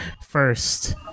first